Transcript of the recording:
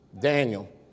Daniel